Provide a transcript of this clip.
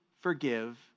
forgive